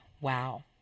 Wow